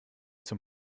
zum